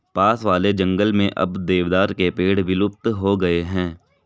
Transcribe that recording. पास वाले जंगल में अब देवदार के पेड़ विलुप्त हो गए हैं